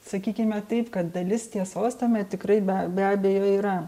sakykime taip kad dalis tiesos tame tikrai be be abejo yra